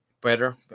better